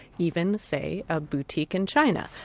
even, say, a boutique in china.